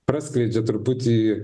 praskleidžia truputį